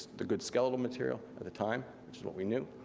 the good scalable material. at the time, that's what we knew.